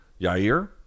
Yair